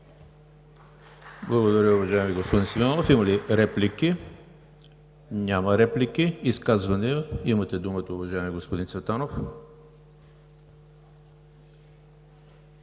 Благодаря, уважаеми господин Симеонов. Има ли реплики? Няма. Изказвания? Имате думата, уважаеми господин Цветанов.